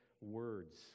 words